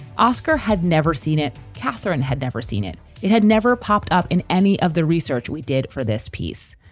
oscar had never seen it. katherine had never seen it it had never popped up in any of the research we did for this piece.